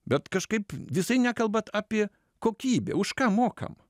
bet kažkaip visai nekalbat apie kokybę už ką mokam